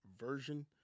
Version